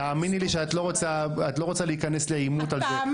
מירב, תאמיני לי שאת לא רוצה להיכנס לעימות על זה.